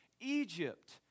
Egypt